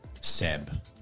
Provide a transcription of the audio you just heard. Seb